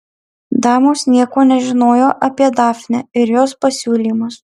damos nieko nežinojo apie dafnę ir jos pasiūlymus